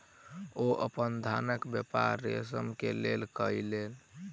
ओ अपन धानक व्यापार रेशम के लेल कय लेलैन